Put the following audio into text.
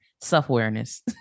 self-awareness